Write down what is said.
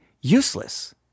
useless